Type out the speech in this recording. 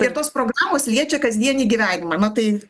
ir tos programos liečia kasdienį gyvenimą na tai